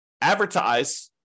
advertise